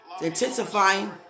intensifying